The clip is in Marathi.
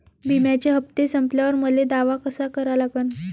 बिम्याचे हप्ते संपल्यावर मले दावा कसा करा लागन?